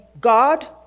God